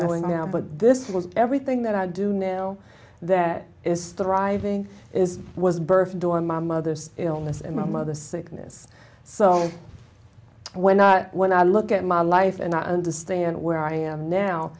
going now but this was everything that i do know that is striving is was birthed on my mother's illness and my mother's sickness so when i when i look at my life and i understand where i am now